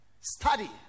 Study